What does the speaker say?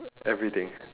everything